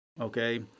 okay